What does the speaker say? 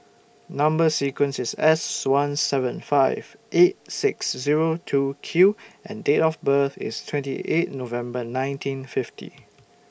Number sequence IS S one seven five eight six Zero two Q and Date of birth IS twenty eight November nineteen fifty